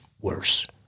worse